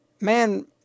man